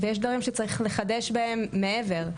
ויש דברים שצריך לחדש בהם מעבר,